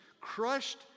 Crushed